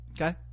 okay